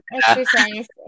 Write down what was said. exercise